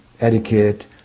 etiquette